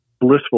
blissful